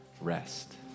rest